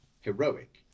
heroic